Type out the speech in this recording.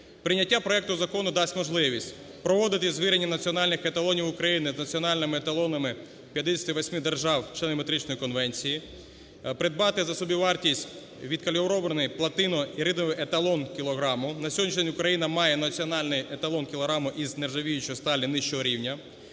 Прийняття проекту закону дасть можливість проводити звірення національних еталонів України з національними еталонами 58 держав-членів Метричної конвенції, придбати за собівартістю відкалібрований платино-іридієвий еталон кілограма. На сьогоднішній день Україна має національний еталон кілограма із нержавіючої сталі нижчого рівня.